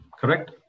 Correct